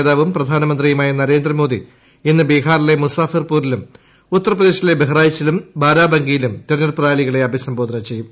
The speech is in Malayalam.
നേതാവും പ്രധാനമന്ത്രിയുമായ നരേന്ദ്രമോദി ഇന്ന് ബീഹാറിലെ മുസാഫിർപൂരിലും ഉത്തർപ്രദേശിലെ ബഹ്റ്റായിച്ചിലും ബാരാബാങ്കിയിലും തെരഞ്ഞെടുപ്പ് റാലികളെ ്അഭിസംബോധന ചെയ്യും